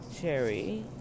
Cherry